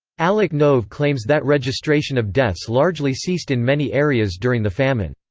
alec nove claims that registration of deaths largely ceased in many areas during the famine.